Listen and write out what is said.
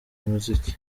muziki